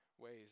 ways